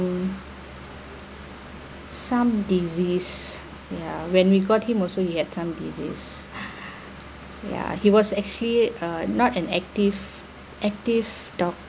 some disease ya when we got him also he had some disease ya he was actually uh not an active active dog